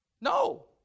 No